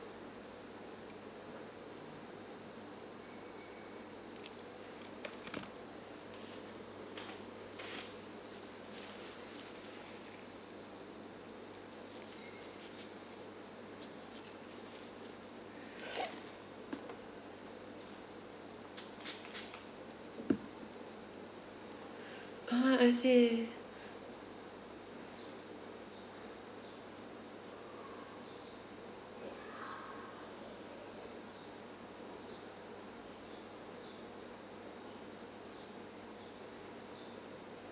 ah I see